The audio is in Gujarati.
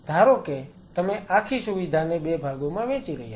ધારો કે તમે આખી સુવિધાને 2 ભાગોમાં વહેંચી રહ્યા છો